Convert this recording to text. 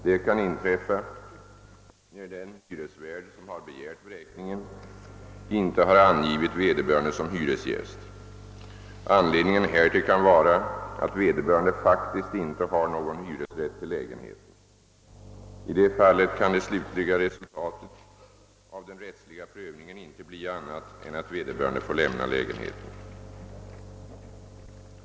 Detta kan inträffa när den hyresvärd som har begärt vräkningen inte har angivit vederbörande som hyresgäst. Anledningen härtill kan vara att vederbörande faktiskt inte har någon hyresrätt till lägenheten. I det fallet kan det slutliga resultatet av den rättsliga prövningen inte bli annat än att vederbörande får lämna lägenheten.